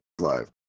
live